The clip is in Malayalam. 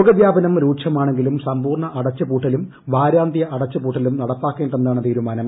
രോഗവ്യാപനം രൂക്ഷമാണെങ്കിലും സമ്പൂർണ അടച്ചുപൂട്ടലും വാരാന്ത്യ അടച്ചുപൂട്ടലും നടപ്പാക്കേണ്ടെന്നാണ് തീരുമാനം